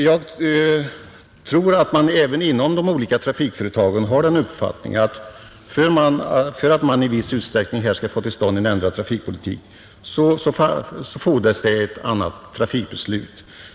Jag tror att man även inom de olika trafikföretagen har den uppfattningen att för att man skall få till stånd en ändrad trafikpolitik fordras det ett annat trafikbeslut.